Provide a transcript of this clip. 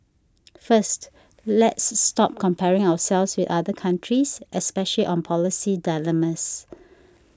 first let's stop comparing ourselves with other countries especially on policy dilemmas